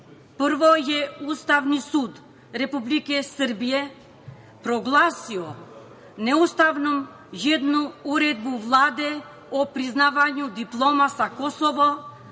je Ustavni sud Republike Srbije proglasio neustavnom jednu uredbu Vlade o priznavanju diploma sa Kosova,